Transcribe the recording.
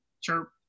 chirp